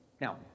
Now